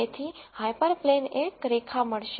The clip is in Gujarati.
તેથી હાયપરપ્લેન એક રેખા બનશે